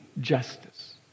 justice